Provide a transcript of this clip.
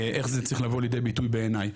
איך זה צריך לבוא לידי ביטוי בעיניי.